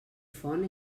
font